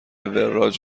وراج